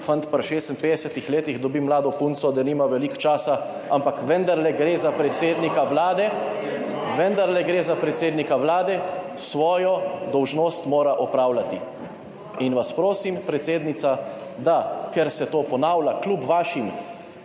fant pri 56. letih dobi mlado punco, da nima veliko časa, ampak vendarle gre za predsednika Vlade, vendarle gre za predsednika Vlade, svojo dolžnost mora opravljati. In vas prosim, predsednica, ker se to ponavlja, kljub vašim